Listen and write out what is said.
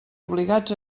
obligats